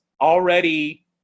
already